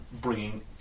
bringing